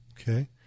Okay